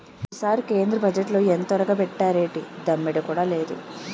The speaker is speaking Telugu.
ఈసారి కేంద్ర బజ్జెట్లో ఎంతొరగబెట్టేరేటి దమ్మిడీ కూడా లేదు